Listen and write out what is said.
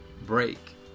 break